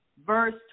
Verse